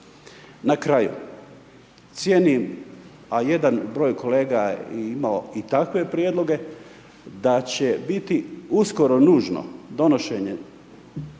Na kraju, cijenim, a jedan broj kolega je imao i takve prijedloge, da će biti uskoro nužno donošenje